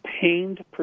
pained